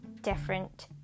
different